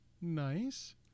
Nice